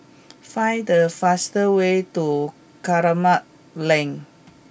find the fast way to Kramat Lane